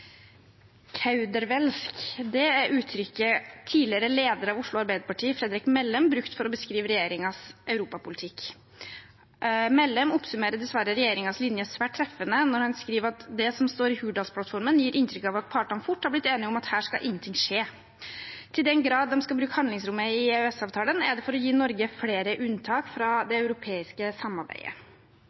er uttrykket tidligere leder av Oslo Arbeiderparti, Fredrik Mellem, brukte for å beskrive regjeringens europapolitikk. Mellem oppsummerer dessverre regjeringens linje svært treffende når han skriver at «det som står i Hurdalsplattformen gir inntrykk av at partene fort har blitt enige om at her skal ingenting skje». I den grad de skal bruke handlingsrommet i EØS-avtalen, er det for å gi Norge flere unntak fra det europeiske samarbeidet.